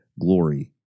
glory